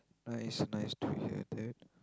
nice nice to hear that